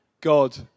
God